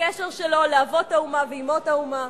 לקשר שלו לאבות האומה ואמות האומה.